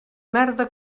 merda